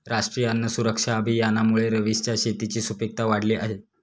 राष्ट्रीय अन्न सुरक्षा अभियानामुळे रवीशच्या शेताची सुपीकता वाढली आहे